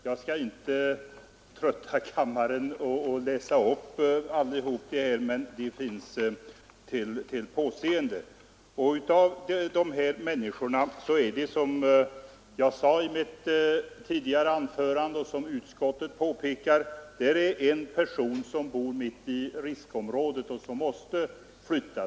Jag skall inte trötta kammaren med att läsa upp den, men den finns till påseende. Av dessa människor är det, som jag sade i mitt tidigare anförande och som utskottet påpekar, en som bor mitt i riskområdet och som måste flytta.